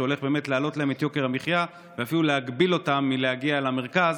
שהולך באמת להעלות להם את יוקר המחיה ואפילו להגביל אותם מלהגיע למרכז,